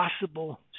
possible